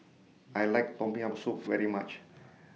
I like Tom Yam Soup very much